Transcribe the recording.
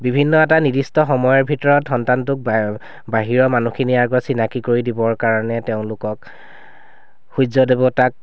বিভিন্ন এটা নিৰ্দিষ্ট সময়ৰ ভিতৰত সন্তানটোক বা বাহিৰৰ মানুহখিনিৰ আগত চিনাকী কৰি দিবৰ কাৰণে তেওঁলোকেক সূৰ্যদেৱতাক